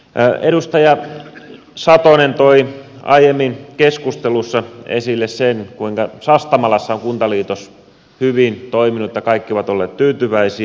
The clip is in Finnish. edustaja satonen toi aiemmin keskustelussa esille sen kuinka sastamalassa on kuntaliitos hyvin toiminut ja kaikki ovat olleet tyytyväisiä